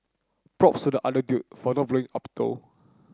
props to the other dude for not blowing up though